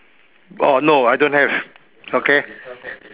oh no I don't have okay